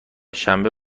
شنبه